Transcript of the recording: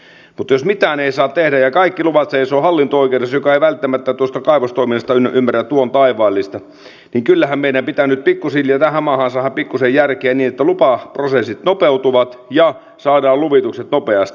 mutta jos mitään ei saa tehdä ja kaikki luvat seisovat hallinto oikeudessa joka ei välttämättä tuosta kaivostoiminnasta ymmärrä tuon taivaallista niin kyllähän meidän pitää nyt pikku hiljaa tähän maahan saada pikkuisen järkeä niin että lupaprosessit nopeutuvat ja saadaan luvitukset nopeasti